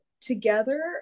together